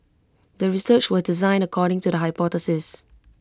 the research was designed according to the hypothesis